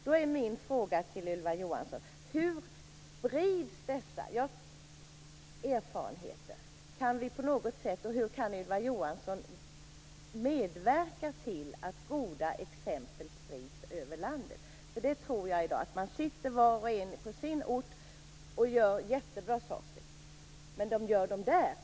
Då är min fråga till Ylva Johansson: Hur sprids dessa erfarenheter? Hur kan Ylva Johansson medverka till att goda exempel sprids över landet? Jag tror nämligen att i dag sitter var och en på sin ort och gör jättebra saker, men de gör dem där.